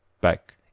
back